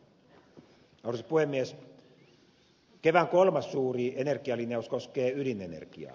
kevään kolmas suuri energialinjaus koskee ydinenergiaa